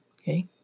okay